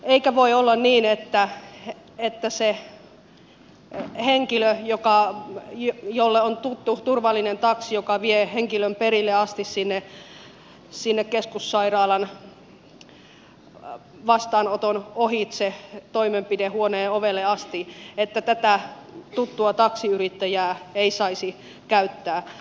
eikä voi olla niin että se henkilö jolla on tuttu turvallinen taksi joka vie henkilön perille asti sinne keskussairaalan vastaanoton ohitse toimenpidehuoneen ovelle asti tätä tuttua taksiyrittäjää ei saisi käyttää